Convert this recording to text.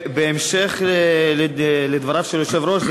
בהמשך לדבריו של היושב-ראש,